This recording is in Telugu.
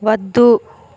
వద్దు